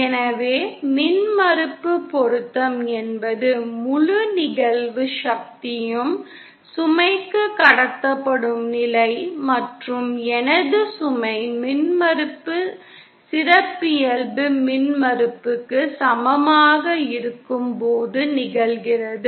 எனவே மின்மறுப்பு பொருத்தம் என்பது முழு நிகழ்வு சக்தியும் சுமைக்கு கடத்தப்படும் நிலை மற்றும் எனது சுமை மின்மறுப்பு சிறப்பியல்பு மின்மறுப்புக்கு சமமாக இருக்கும்போது நிகழ்கிறது